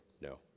No